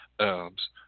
herbs